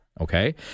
Okay